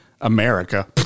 America